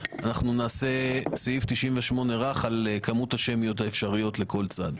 אנחנו נעשה סעיף 98 רך על כמות השמיות האפשריות לכל צד.